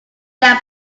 their